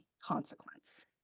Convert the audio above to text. consequence